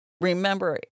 Remember